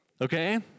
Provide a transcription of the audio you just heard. Okay